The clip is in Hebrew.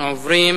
אנחנו עוברים